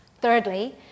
Thirdly